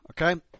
okay